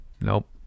Nope